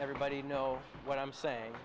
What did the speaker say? everybody know what i'm saying